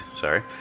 sorry